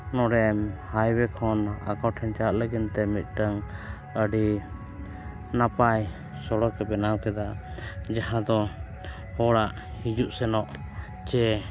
ᱱᱚᱰᱮ ᱦᱟᱭᱚᱣᱮ ᱠᱷᱚᱱ ᱟᱠᱚ ᱴᱷᱮᱱ ᱪᱟᱞᱟᱜ ᱞᱟᱹᱜᱤᱫᱛᱮ ᱢᱤᱫᱴᱟᱹᱱ ᱟᱹᱰᱤ ᱱᱟᱯᱟᱭ ᱥᱚᱲᱚᱠᱮ ᱵᱮᱱᱟᱣ ᱠᱮᱫᱟ ᱡᱟᱦᱟᱸ ᱫᱚ ᱦᱚᱲᱟᱜ ᱦᱤᱡᱩᱜ ᱥᱮᱱᱚᱜ ᱪᱮ